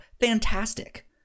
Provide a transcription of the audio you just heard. fantastic